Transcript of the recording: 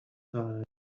time